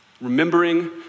Remembering